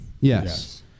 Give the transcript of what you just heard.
yes